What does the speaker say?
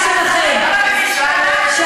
זאת הבעיה שלכם, את מסיתה נגד חברי כנסת.